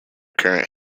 current